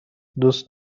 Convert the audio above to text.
دوست